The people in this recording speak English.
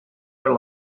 her